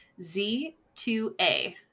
Z2A